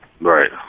Right